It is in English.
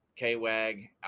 KWAG